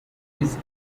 his